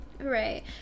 right